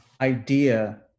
idea